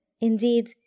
Indeed